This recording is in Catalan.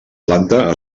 planta